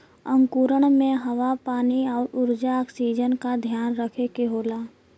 अंकुरण में हवा पानी आउर ऊर्जा ऑक्सीजन का ध्यान रखे के होला